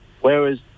whereas